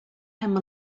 him